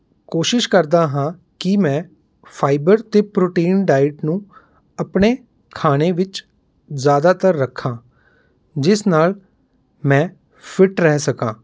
ਕੋਸ਼ਿਸ਼ ਕਰਦਾ ਹਾਂ ਕਿ ਮੈਂ ਫਾਈਬਰ ਅਤੇ ਪ੍ਰੋਟੀਨ ਡਾਈਟ ਨੂੰ ਆਪਣੇ ਖਾਣੇ ਵਿੱਚ ਜ਼ਿਆਦਾਤਰ ਰੱਖਾਂ ਜਿਸ ਨਾਲ ਮੈਂ ਫਿੱਟ ਰਹਿ ਸਕਾਂ